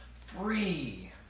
free